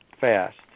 fast